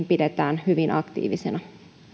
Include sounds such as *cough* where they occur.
*unintelligible* pidetään dialogi hyvin aktiivisena